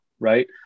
right